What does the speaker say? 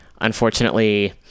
unfortunately